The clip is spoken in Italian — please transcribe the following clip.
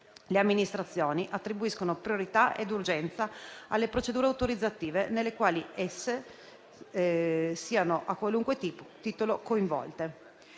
Le amministrazioni attribuiscono priorità ed urgenza alle procedure autorizzative nelle quali esse siano a qualunque titolo coinvolte.